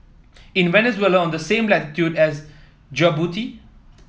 is Venezuela on the same latitude as Djibouti